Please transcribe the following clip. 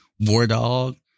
Wardog